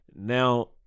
now